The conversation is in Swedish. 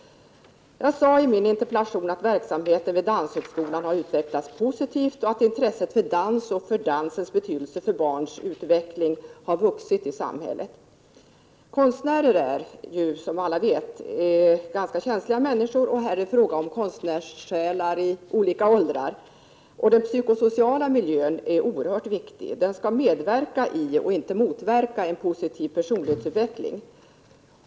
Jag sade i min interpellation att verksamheten vid Danshögskolan har utvecklats positivt och att intresset för dans och medvetenheten om dansens betydelse för barns utveckling har vuxit i samhället. Konstnärer är ju, som alla vet, ganska känsliga människor. Här är det fråga om konstnärssjälar i olika åldrar. Den psykosociala miljön är oerhört viktig. Den skall medverka till och inte motverka en positiv personlighetsutveckling.